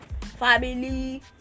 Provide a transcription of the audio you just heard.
family